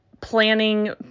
planning